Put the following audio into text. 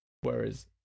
Whereas